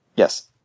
Yes